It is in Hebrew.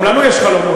גם לנו יש חלומות.